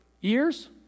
years